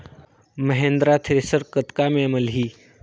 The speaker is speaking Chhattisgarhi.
महिंद्रा थ्रेसर कतका म मिलही?